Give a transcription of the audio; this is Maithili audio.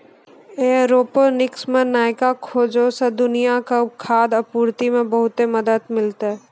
एयरोपोनिक्स मे नयका खोजो से दुनिया के खाद्य आपूर्ति मे बहुते मदत मिलतै